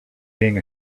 being